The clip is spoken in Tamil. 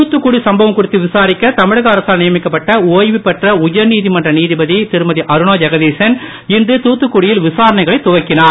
தூத்துக்குடி சம்பவம் குறித்து விசாரிக்க தமிழக அரசால் நியமிக்கப்பட்ட ஒய்வுபெற்ற உயர்நீதிமன்ற நீதிபதி திருமதி அருணா ஜெகதிசன் இன்று தூத்துக்குடியில் விசாரணைகளை துவக்கினார்